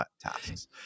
tasks